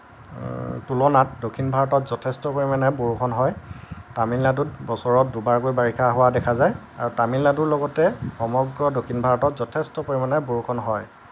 তুলনাত দক্ষিণ ভাৰতত যথেষ্ট পৰিমাণে বৰষুণ হয় তামিলনাডুত বছৰৰ দুবাৰকৈ বাৰিষা হোৱা দেখা যায় আৰু তামিললাডুৰ লগতে সমগ্ৰ দক্ষিণ ভাৰতত যথেষ্ট পৰিমাণে বৰষুণ হয়